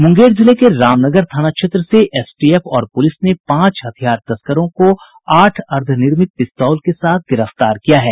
मुंगेर जिले के रामनगर थाना क्षेत्र से एसटीएफ और पुलिस ने पांच हथियार तस्करों को आठ अर्धनिर्मित पिस्तौल के साथ गिरफ्तार किया है